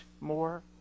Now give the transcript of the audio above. more